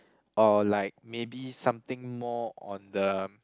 or like maybe something more on the